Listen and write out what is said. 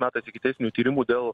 metais ikiteisminių tyrimų dėl